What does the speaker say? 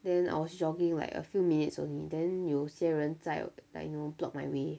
then I was jogging like a few minutes only then 有些人在 like you know block my way